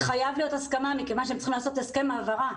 חייבת להיות הסכמה מכיוון שהם צריכים לעשות הסכם העברה.